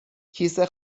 کیسه